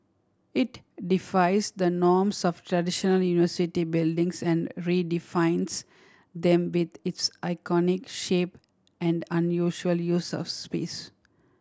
it defies the norms of traditional university buildings and redefines them with its iconic shape and unusually use of space